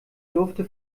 durfte